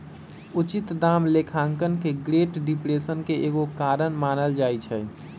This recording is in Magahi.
उचित दाम लेखांकन के ग्रेट डिप्रेशन के एगो कारण मानल जाइ छइ